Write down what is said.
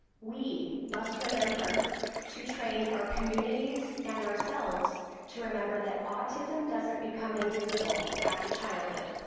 we must remember to train our communities and ourselves to remember that autism doesn't become invisible after childhood.